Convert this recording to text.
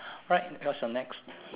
right what's your next